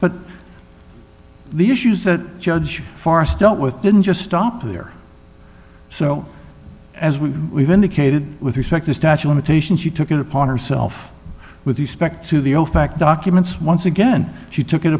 but the issues that judge forest dealt with didn't just stop there so as we indicated with respect to statue limitations she took it upon herself with respect to the ofac documents once again she took it